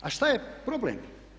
A šta je problem?